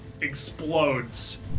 explodes